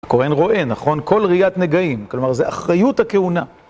הכהן רואה, נכון? כל ראיית נגעים. כלומר, זה אחריות הכהונה.